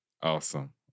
Awesome